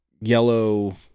yellow